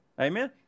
Amen